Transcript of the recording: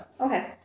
Okay